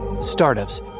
Startups